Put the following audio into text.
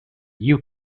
you